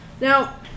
Now